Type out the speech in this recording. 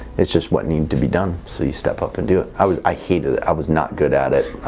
it's just what needed to be done so you step up and do it i was i hate it i was not good at it